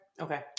Okay